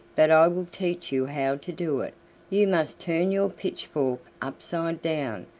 but i will teach you how to do it you must turn your pitchfork upside down,